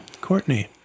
Courtney